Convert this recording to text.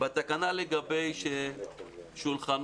בתקנה לגבי שולחנות,